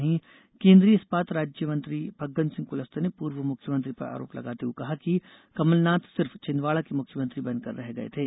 वहीं केन्द्रीय इस्पात राज्यमंत्री फग्गन सिंह कुलस्ते ने पूर्व मुख्यमंत्री पर आरोप लगाते हुए कहा कि कमलनाथ सिर्फ छिन्दवाड़ा के मुख्यमंत्री बनकर रह गये थे